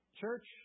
Church